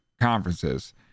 conferences